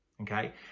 Okay